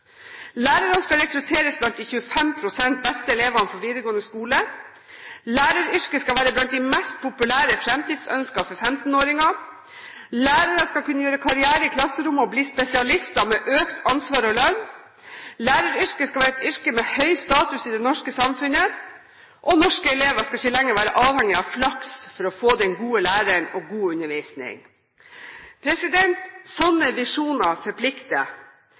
skal rekrutteres blant de 25 pst. beste elevene fra videregående skole. Læreryrket skal være blant de mest populære fremtidsønsker for 15-åringer. Lærere skal kunne gjøre karriere i klasserommet og bli spesialister, med økt ansvar og lønn. Læreryrket skal være et yrke med høy status i det norske samfunnet, og norske elever skal ikke lenger være avhengig av flaks for å få den gode læreren og god undervisning. Slike visjoner forplikter.